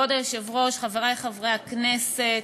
כבוד היושב-ראש, חברי חברי הכנסת,